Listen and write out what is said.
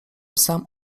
sam